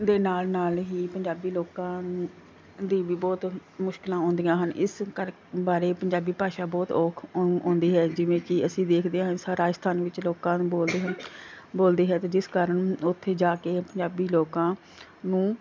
ਦੇ ਨਾਲ ਨਾਲ ਹੀ ਪੰਜਾਬੀ ਲੋਕਾਂ ਦੀ ਵੀ ਬਹੁਤ ਮੁਸ਼ਕਿਲਾਂ ਆਉਂਦੀਆਂ ਹਨ ਇਸ ਕਰਕੇ ਬਾਰੇ ਪੰਜਾਬੀ ਭਾਸ਼ਾ ਬਹੁਤ ਔਖ ਔਖ ਆਉਂਦੀ ਹੈ ਜਿਵੇਂ ਕਿ ਅਸੀਂ ਦੇਖਦੇ ਹਾਂ ਜਿਸ ਤਰ੍ਹਾਂ ਰਾਜਸਥਾਨ ਵਿੱਚ ਲੋਕਾਂ ਨੂੰ ਬੋਲਦੇ ਹੋਏ ਬੋਲਦੇ ਹੈ ਅਤੇ ਜਿਸ ਕਾਰਨ ਉੱਥੇ ਜਾ ਕੇ ਪੰਜਾਬੀ ਲੋਕਾਂ ਨੂੰ